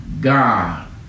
God